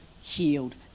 healed